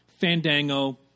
Fandango